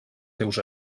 teus